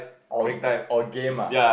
or g~ or game ah